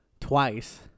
twice